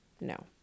no